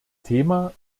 thema